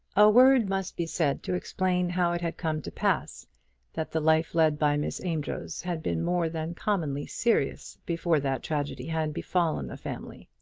a word must be said to explain how it had come to pass that the life led by miss amedroz had been more than commonly serious before that tragedy had befallen the family.